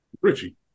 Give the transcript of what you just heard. richie